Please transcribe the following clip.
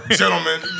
gentlemen